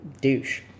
douche